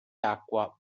acqua